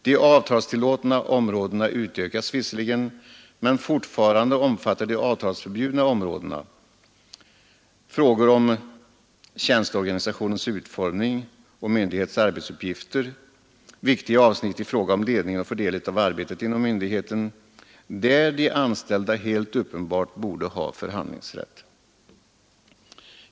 De avtalstillåtna områdena utökas visserligen, men fortfarande omfattar de avtalsförbjudna områdena tjänsteorganisationens utformning, myndighets arbetsuppgifter och viktiga avsnitt i fråga om ledning och fördelning av arbetet inom myndigheten, där de anställda helt uppenbart borde ha förhandlingsrätt.